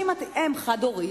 שאם את אם חד-הורית,